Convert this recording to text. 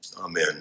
Amen